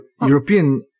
European